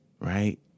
right